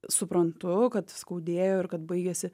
suprantu kad skaudėjo ir kad baigėsi